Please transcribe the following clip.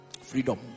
Freedom